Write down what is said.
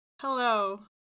Hello